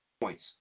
points